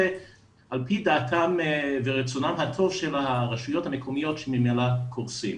על פי דעתם ורצונם הטוב של הרשויות המקומיות שממילא קורסות.